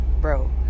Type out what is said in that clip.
bro